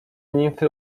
nimfy